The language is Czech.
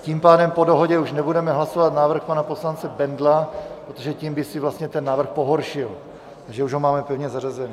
Tím pádem po dohodě už nebudeme hlasovat návrh pana poslance Bendla, protože tím by si vlastně ten návrh pohoršil, už ho máme pevně zařazený.